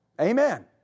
Amen